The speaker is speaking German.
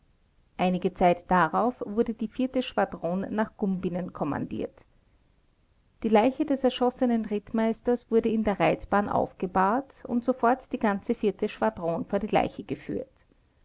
einige zeit darauf wurde die vierte schwadron nach gumbinnen kommandiert die leiche des erschossenen rittmeisters wurde in der reitbahn aufgebahrt und sofort die ganze vierte schwadron vor die leiche geführt